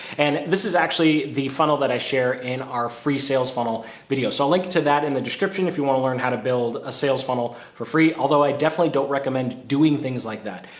and this is actually the funnel that i share in our free sales funnel video. so i'll link to that in the description. if you want to learn how to build a sales funnel for free, although i definitely don't recommend doing things like that,